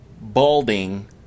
balding